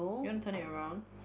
you want turn it around